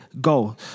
go